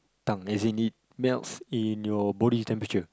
tongue as in it melts in your body temperature